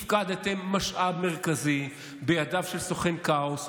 הפקדתם משאב מרכזי בידיו של סוכן כאוס,